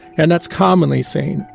and that's commonly seen,